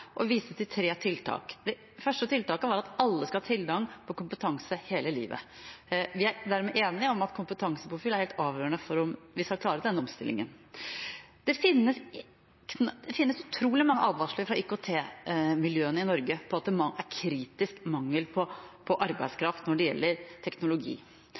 og viste til tre tiltak. Det første tiltaket var at alle skal ha tilgang til kompetanse hele livet. Vi er dermed enige om at kompetansepåfyll er helt avgjørende for om vi skal klare denne omstillingen. Det finnes utrolig mange advarsler fra IKT-miljøene i Norge om at det er kritisk mangel på arbeidskraft når det gjelder teknologi,